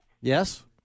yes